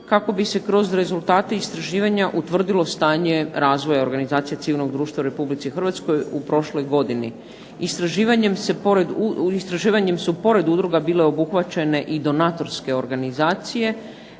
kako bi se kroz rezultate istraživanja utvrdilo stanje razvoja organizacije civilnog društva u Republici Hrvatskoj u prošloj godini. Istraživanjem su pored udruga bile obuhvaćene i donatorske organizacije,